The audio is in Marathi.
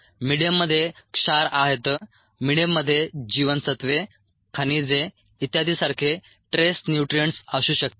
मिडीयममध्ये क्षार आहेत मिडीयममध्ये जीवनसत्त्वे खनिजे इत्यादी सारखे ट्रेस न्युट्रीअंटस् असू शकतात